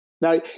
Now